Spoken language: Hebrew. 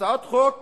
הצעת חוק